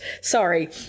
Sorry